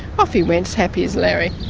off he went, happy as larry.